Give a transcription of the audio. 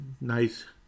nice